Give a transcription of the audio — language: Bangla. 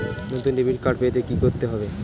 নতুন ডেবিট কার্ড পেতে কী করতে হবে?